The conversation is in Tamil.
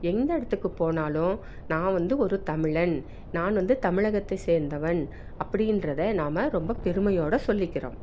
எந்த இடத்துக்கு போனாலும் நான் வந்து ஒரு தமிழன் நான் வந்து தமிழகத்தை சேர்ந்தவன் அப்படின்றத நாம் ரொம்ப பெருமையோடு சொல்லிக்கிறோம்